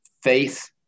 faith